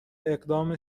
اقدام